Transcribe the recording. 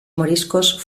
moriscos